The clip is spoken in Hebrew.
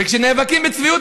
וכשנאבקים בצביעות,